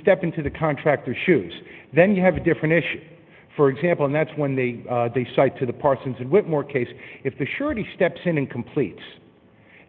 step into the contract or shoes then you have a different issue for example and that's when they decide to the parsons and whitmore case if the surety steps in and completes